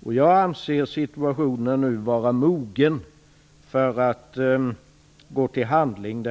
Jag anser nu situationen vara mogen för att gå till handling.